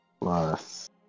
plus